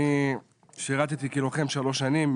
אני שירתי כלוחם שלוש שנים,